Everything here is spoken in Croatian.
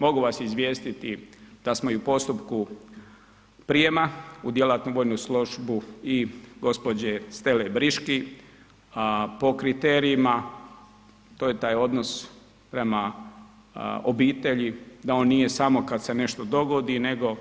Mogu vas izvijestiti da smo i u postupku prijema u djelatnu vojnu službu i gospođe Stele Briški, a po kriterijima to je taj odnos prema obitelji da on nije samo kada se nešto dogodi nego